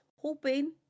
hoping